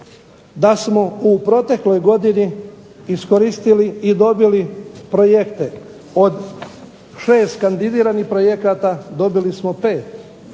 da smo u protekloj godini iskoristili i dobili projekte od 6 kandidiranih projekata dobili smo 5.